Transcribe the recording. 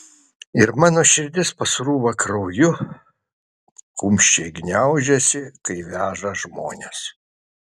ir mano širdis pasrūva krauju kumščiai gniaužiasi kai veža žmones